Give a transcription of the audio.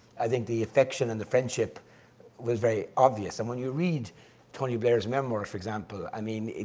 i think the affection and the friendship was very obvious, and when you read tony blair's memoir, for example, i mean,